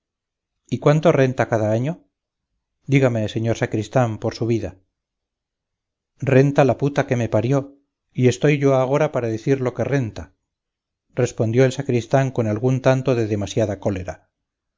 y cuánto renta cada año dígame señor sacristán por su vida renta la puta que me parió y estoy yo agora para decir lo que renta respondió el sacristán con algún tanto de demasiada cólera